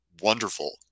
wonderful